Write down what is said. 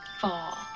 fall